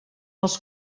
els